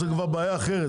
זה כבר בעיה אחרת,